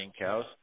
cows